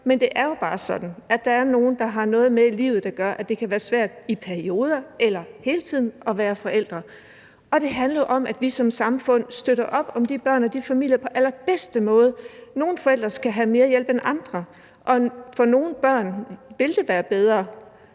Men det er jo bare sådan, at der er nogle, der har noget med i livet, der gør, at det kan være svært – i perioder eller hele tiden – at være forældre, og det handler jo om, at vi som samfund støtter op om de børn og de familier på den allerbedste måde. Nogle forældre skal have mere hjælp end andre, og for nogle børn vil det være bedre